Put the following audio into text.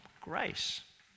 grace